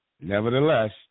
Nevertheless